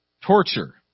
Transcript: torture